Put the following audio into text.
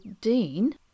Dean